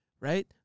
right